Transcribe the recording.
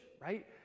right